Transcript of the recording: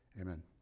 amen